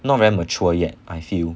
not very mature yet I feel